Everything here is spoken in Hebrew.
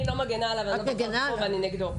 אני לא מגינה עליו --- ואני נגדו.